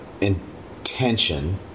intention